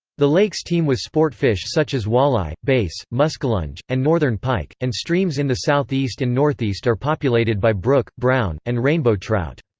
the lakes teem with sport fish such as walleye, bass, muskellunge, and northern pike, and streams in the southeast and northeast are populated by brook, brown, and rainbow trout.